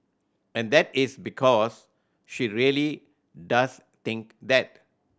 and that is because she really does think that